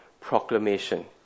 proclamation